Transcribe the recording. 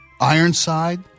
Ironside